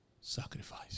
sacrifice